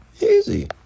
Easy